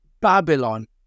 Babylon